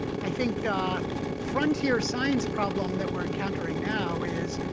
i think the frontier science problem that we're encountering now is,